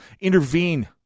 Intervene